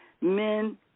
Men